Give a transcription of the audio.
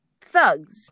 thugs